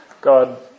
God